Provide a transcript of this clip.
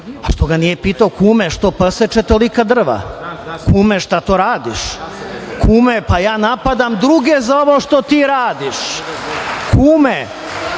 A zašto ga nije pitao - kume, što poseče tolika drva? Kume, šta to radiš? Kume, pa ja napadam druge za ovo što ti radiš! Kume,